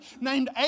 named